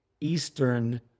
Eastern